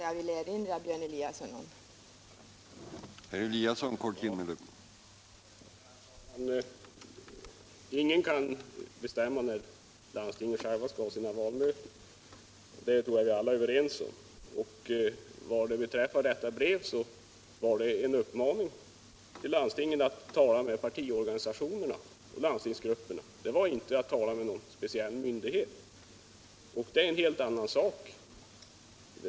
Jag vill erinra Björn Eliasson om detta.